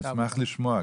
אני אשמח לשמוע,